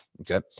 okay